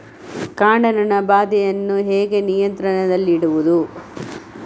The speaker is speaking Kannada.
ಕಾಂಡ ನೊಣ ಬಾಧೆಯನ್ನು ಹೇಗೆ ನಿಯಂತ್ರಣದಲ್ಲಿಡುವುದು?